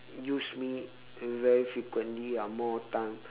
use me very frequently ah more time